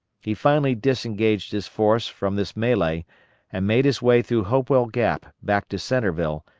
he finally disengaged his force from this melee and made his way through hopewell gap back to centreville,